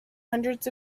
hundreds